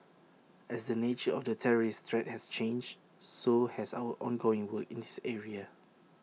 as the nature of the terrorist threat has changed so has our ongoing work in this area